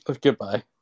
Goodbye